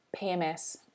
PMS